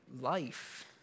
life